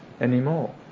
anymore